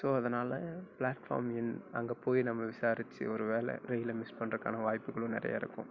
so அதனால் platform எண் அங்கே போய் நம்ம விசாரித்து ஒரு ஒரு வேளை ட்ரெயினை மிஸ் பண்ணுறதுக்கான வாய்ப்புகளும் நிறையா இருக்கும்